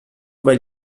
weil